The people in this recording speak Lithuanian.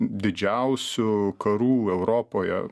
didžiausių karų europoje